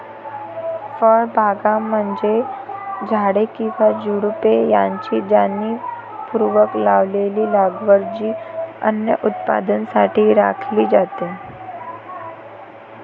फळबागा म्हणजे झाडे किंवा झुडुपे यांची जाणीवपूर्वक लावलेली लागवड जी अन्न उत्पादनासाठी राखली जाते